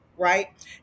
Right